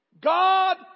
God